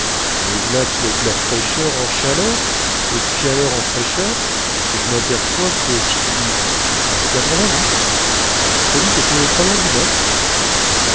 mais v'là que d'fraîcheur en chaleur et d'chaleur en fraîcheur j'maperçois que j'suis dans les quatre-vingt-dix polyte était pas loin du mètre